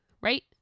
right